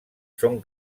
són